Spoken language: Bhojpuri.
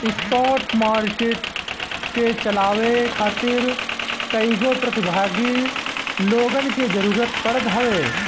स्पॉट मार्किट के चलावे खातिर कईगो प्रतिभागी लोगन के जरूतर पड़त हवे